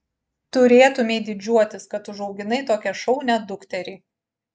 turėtumei didžiuotis kad užauginai tokią šaunią dukterį